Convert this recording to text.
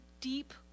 deep